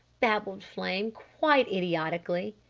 babbled flame quite idiotically.